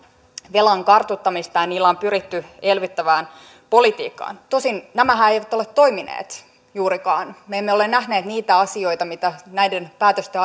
velan kartuttamista ja niillä on pyritty elvyttävään politiikkaan tosin nämähän eivät ole toimineet juurikaan me emme ole nähneet niitä asioita mitä näiden päätösten